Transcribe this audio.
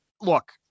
Look